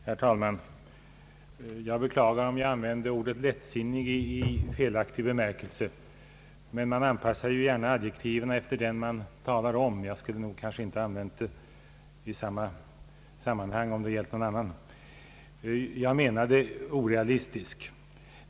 Herr talman! Jag beklagar om jag använde ordet lättsinnig i felaktig bemärkelse. Jag menade: orealistisk.